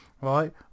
right